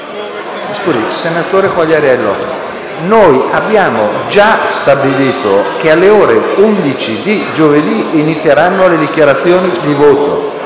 Senatore Quagliariello, abbiamo già stabilito che alle ore 11 di giovedì inizieranno le dichiarazioni di voto.